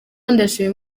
ndashima